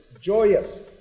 joyous